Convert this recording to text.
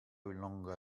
longer